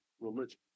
religion